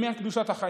למען קדושת החיים,